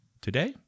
today